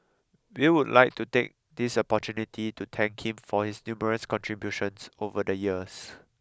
we would like to take this opportunity to thank him for his numerous contributions over the years